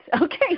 Okay